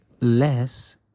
less